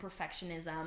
perfectionism